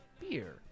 beer